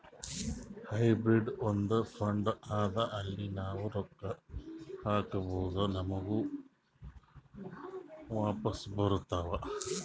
hybrid ಒಂದ್ fund ಅದಾ ಅಲ್ಲಿ ನಾವ್ ರೊಕ್ಕಾ ಹಾಕ್ಬೋದ್ ನಮುಗ ವಾಪಸ್ ಬರ್ತಾವ್